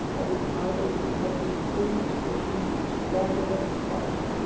and if either of you had used any expression stronger than fudge,